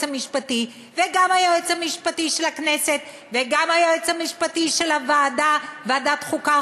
המשפטי וגם היועץ המשפטי של הכנסת וגם היועץ המשפטי של ועדת החוקה,